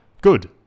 Good